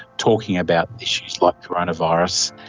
talking about issues like coronavirus.